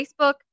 facebook